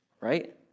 right